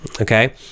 okay